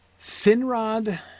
finrod